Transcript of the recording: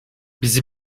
bizi